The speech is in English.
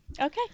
Okay